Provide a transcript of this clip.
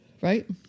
right